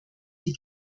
die